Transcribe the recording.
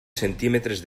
centímetres